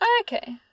Okay